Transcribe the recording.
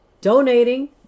donating